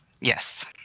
Yes